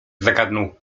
zagadnął